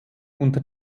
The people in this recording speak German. unter